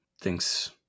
thinks